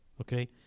okay